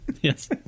Yes